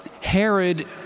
Herod